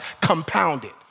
compounded